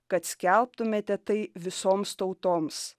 kad skelbtumėte tai visoms tautoms